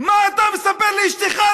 מה אתה מספר לאשתך?